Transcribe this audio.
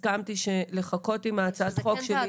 אני הסכמתי לחכות עם הצעת החוק שלי